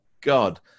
God